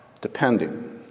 Depending